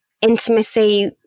intimacy